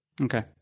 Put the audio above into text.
Okay